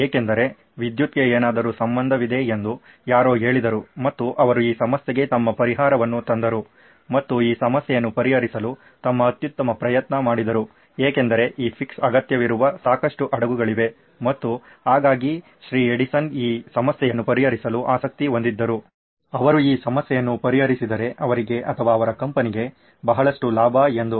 ಯಾಕೆಂದರೆ ವಿದ್ಯುತ್ಗೆ ಏನಾದರೂ ಸಂಬಂಧವಿದೆ ಎಂದು ಯಾರೋ ಹೇಳಿದರು ಮತ್ತು ಅವರು ಈ ಸಮಸ್ಯೆಗೆ ತಮ್ಮ ವಿದ್ಯುತ್ ಪರಿಹಾರವನ್ನು ತಂದರು ಮತ್ತು ಈ ಸಮಸ್ಯೆಯನ್ನು ಪರಿಹರಿಸಲು ತಮ್ಮ ಅತ್ಯುತ್ತಮ ಪ್ರಯತ್ನ ಮಾಡಿದರು ಏಕೆಂದರೆ ಈ ಫಿಕ್ಸ್ ಅಗತ್ಯವಿರುವ ಸಾಕಷ್ಟು ಹಡಗುಗಳಿವೆ ಮತ್ತು ಹಾಗಾಗಿ ಶ್ರೀ ಎಡಿಸನ್ ಈ ಸಮಸ್ಯೆಯನ್ನು ಪರಿಹರಿಸಲು ಆಸಕ್ತಿ ಹೊಂದಿದ್ದರು ಅವರು ಈ ಸಮಸ್ಯೆಯನ್ನು ಪರಿಹರಿಸಿದ್ದರೆ ಅವರಿಗೆ ಅಥವಾ ಅವರ ಕಂಪನಿ ಬಹಳಷ್ಟು ಲಾಭ ಎಂದು